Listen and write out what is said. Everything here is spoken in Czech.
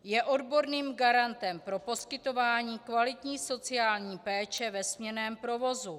Je odborným garantem pro poskytování kvalitní sociální péče ve směnném provozu.